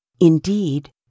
Indeed